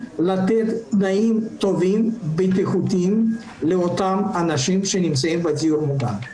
לתת תנאים טובים ובטיחותיים לאותם אנשים שנמצאים בדיור המוגן.